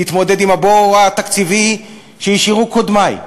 להתמודד עם הבור התקציבי שהשאירו קודמי.